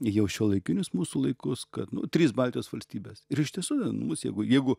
į jau šiuolaikinius mūsų laikus kad nu trys baltijos valstybės ir iš tiesų ten mus jeigu jeigu